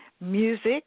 Music